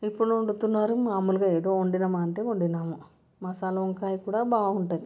ఇప్పుడు వండుతున్నారు మామూలుగా ఏదో వండామా అంటే వండాము మసాలా వంకాయ కూడా బాగుంటుంది